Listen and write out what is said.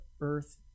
earth